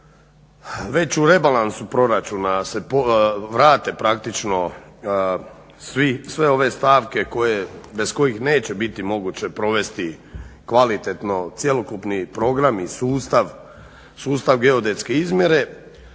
već u rebalansu proračuna se vrate praktično sve ove stavke bez kojih neće biti moguće provesti kvalitetno cjelokupni program i sustav geodetske izmjere